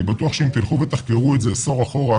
אני בטוח שאם תלכו ותחקרו את זה עשור אחורה,